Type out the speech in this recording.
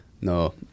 No